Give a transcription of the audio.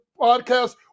podcast